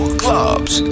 clubs